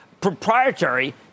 proprietary